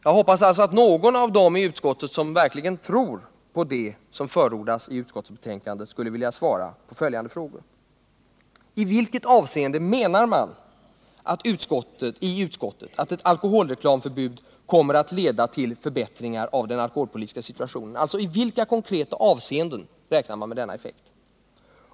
Jag hoppas alltså att någon av de utskottsledamöter som verkligen tror på det som förordas i utskottsbetänkandet vill svara på följande frågor: I vilket avseende menar man i utskottet att ett alkoholreklamförbud kommer att leda till förbättringar av den alkoholpolitiska situationen? Alltså: I vilka konkreta avseenden räknar med denna effekt?